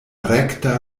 rekta